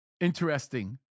Interesting